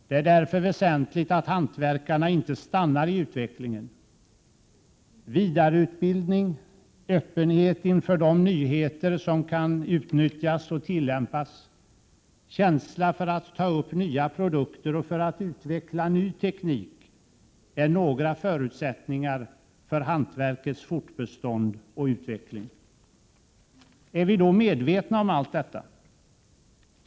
Det är därför väsentligt att hantverkarna inte stannar i utvecklingen. Vidareutbildning, öppenhet inför de nyheter som kan utnyttjas och tillämpas, känsla för att ta upp nya produkter och för att utveckla ny teknik är några förutsättningar för hantverkets fortbestånd och utveckling. Är vi då medvetna om allt detta?